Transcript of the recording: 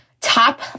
Top